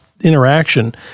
interaction